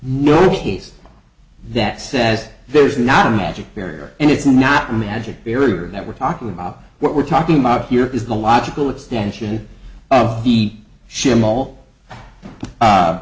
ne that says there's not a magic barrier and it's not magic barrier that we're talking about what we're talking mob here is the logical extension of the